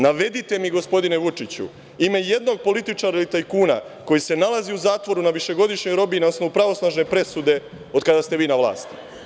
Navedite mi, gospodine Vučiću ime jednog političara i tajkuna koji se nalazi u zatvoru na višegodišnjoj robiji na osnovu pravosnažne presude, od kada ste vi na vlasti.